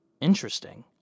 interesting